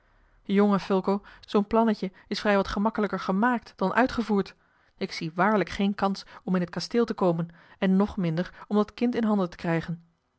jongen fulco zoo'n plannetje is vrij wat gemakkelijker gemaakt dan uitgevoerd ik zie waarlijk geen kans om in het kasteel te komen en nog minder om dat kind in handen te krijgen